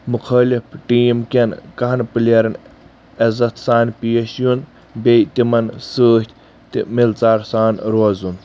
مُخٲلِف ٹیٖم کٮ۪ن کہن پٕلیرن عٮ۪زتھ سان پیش یُن بییٚہِ تِمن سۭتھۍ تہِ ملہٕ ژار سان روزُن